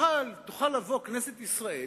תוכל לבוא כנסת ישראל,